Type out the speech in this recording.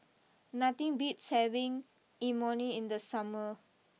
nothing beats having Imoni in the summer